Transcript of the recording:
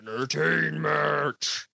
entertainment